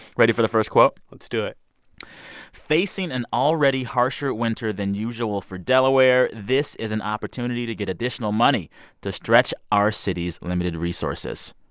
ready for the first quote? let's do it facing an already harsher winter than usual for delaware, this is an opportunity to get additional money to stretch our city's limited resources.